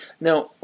Now